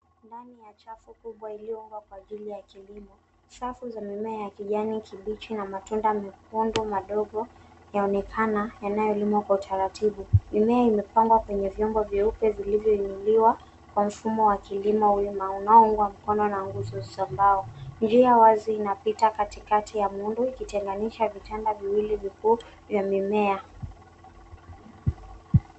Ndani ya chafu kubwa iliyoundwa kwa kilimo, safu za mimea ya kijani kibichi na matunda mekundu madogo yaonekana, yaliyolimwa kwa utaratibu. Mimea imepangwa kwenye vyombo vyeupe vilivyoinuliwa kwa mfumo wa kilimo wima, unaoungwa mkono na nguzo za mbao. Njia wazi inapita katikati ya muundo, ikitenganisha vitanda viwili vikuu vya mimea.